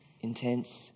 intense